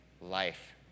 life